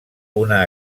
una